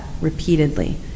repeatedly